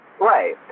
Right